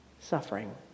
suffering